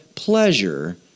pleasure